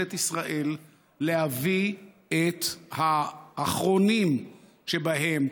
ממשלת ישראל להביא את האחרונים שבהם,